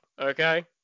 okay